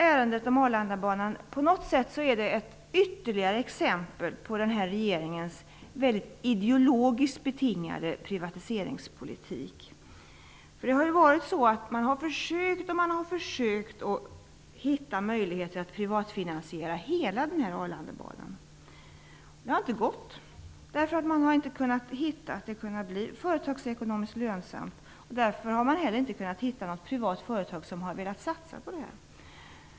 Ärendet om Arlandabanan är på något sätt ytterligare ett exempel på regeringens ideologiskt betingade privatiseringspolitik. Man har länge försökt att hitta möjligheter att privatfinansiera hela Arlandabanan. Det har inte gått. Det har inte visat sig kunna bli företagsekonomiskt lönsamt. Därför har man inte heller kunnat hitta något privat företag som har velat satsa.